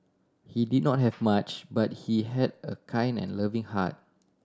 he did not have much but he had a kind and loving heart